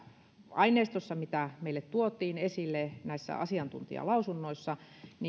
aineistossa mitä meille tuotiin esille näissä asiantuntijalausunnoissa